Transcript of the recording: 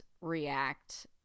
react